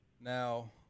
Now